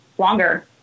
longer